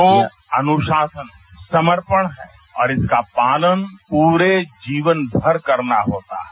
योग अनुशासन है समर्पण है और इसका पालन पूरे जीवन भर करना होता है